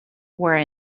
were